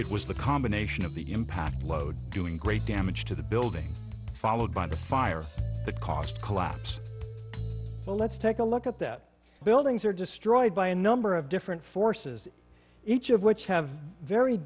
it was the combination of the impact doing great damage to the building followed by fire the cost collapsed let's take a look at that buildings are destroyed by a number of different forces each of which have very